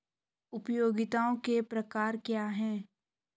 उपयोगिताओं के प्रकार क्या हैं?